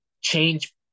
change